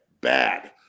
Bad